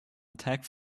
attack